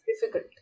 difficult